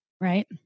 right